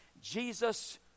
Jesus